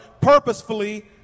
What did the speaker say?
purposefully